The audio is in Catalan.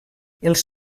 els